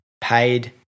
paid